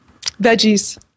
veggies